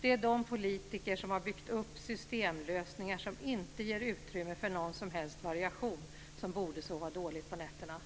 Det är de politiker som har byggt upp systemlösningar som inte ger utrymme för någon som helst variation som borde sova dåligt på nätterna.